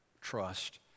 trust